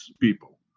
people